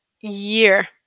year